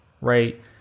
right